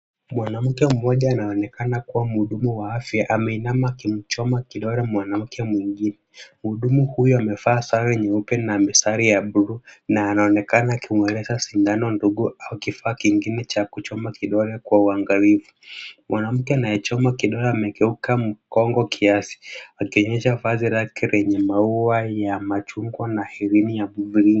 Mwanamke mmoja anaonekana kuwa mhudumu wa afya ameinama akimchoma kidole mwanamke mwingine. Mhudumu huyo amevaa sare nyeupe na mistari ya bluu na anaonekana akimweleza sindano ndogo au kifaa kingine cha kuchoma kidole kwa uangalifu. Mwanamke anaye chomwa kidole amegeuka mgongo kiasi akionyesha vazi lake lenye maua ya machungwa na herini ya mviringo.